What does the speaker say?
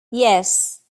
yes